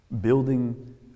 building